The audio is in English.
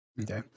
Okay